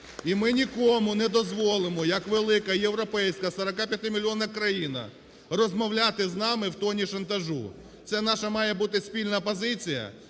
І ми нікому не дозволимо як велика європейська 45-мільйонна країна розмовляти з нами в тоні шантажу. Це наша має бути спільна позиція: